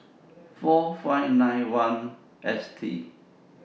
four five nine one S T